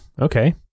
okay